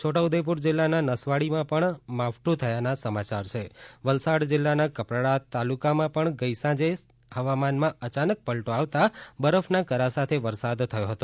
છોટાઉદેપુર જિલ્લાના નસવાડીમાં પણ માવઠુ થયાના સમાયાર છા વલસાડ જિલ્લાના કપરાડા તાલુકામાં પણ ગઈ સાંજે હવામાનમાં અયાનક પલટો આવતા બરફના કરા સાથ વરસાદ થયો હતો